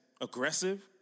aggressive